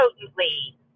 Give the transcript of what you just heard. potently